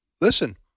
listen